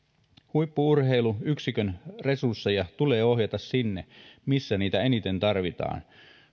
huippu urheiluyksikön resursseja tulee ohjata sinne missä niitä eniten tarvitaan